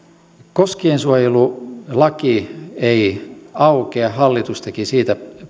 koskiensuojelulaki ei aukea hallitus teki siitä